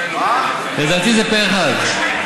לדעתי זה פה אחד.